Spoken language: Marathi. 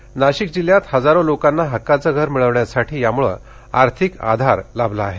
यामुळे नाशिक जिल्ह्यात हजारो लोकांना हक्काचे घर मिळवण्यासाठी आर्थिक आधार लाभला आहे